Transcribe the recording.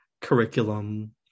curriculum